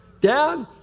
Dad